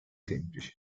semplici